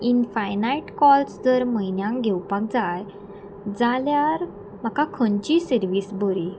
infinite calls जर म्हयन्याक घेवपाक जाय जाल्यार म्हाका खंयचीय सर्वीस बरी